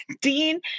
Dean